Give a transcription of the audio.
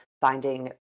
finding